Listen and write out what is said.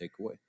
takeaway